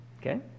Okay